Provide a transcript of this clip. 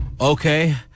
Okay